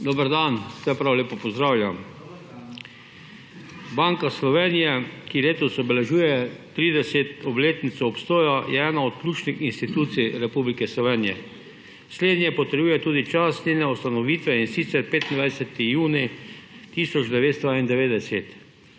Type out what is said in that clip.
Dober dan. Vse prav lepo pozdravljam. Banka Slovenije, ki letos obeležuje 30. obletnico obstoja, je ena od ključnih institucij Republike Slovenije. Slednje potrjuje tudi čas njene ustanovitve, in sicer 25. junij 1991,